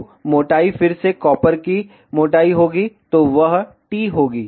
तो मोटाई फिर से कॉपर की मोटाई होगी तो वह t होगी